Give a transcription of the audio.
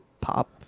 pop